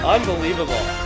Unbelievable